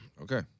Okay